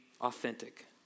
authentic